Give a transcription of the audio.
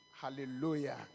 Hallelujah